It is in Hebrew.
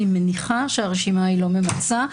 אני מניחה שהרשימה לא ממצה.